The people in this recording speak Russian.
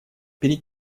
перед